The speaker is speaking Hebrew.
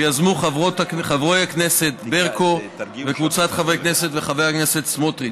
שיזמו חברי הכנסת ברקו וקבוצת חברי הכנסת וחבר הכנסת סמוטריץ.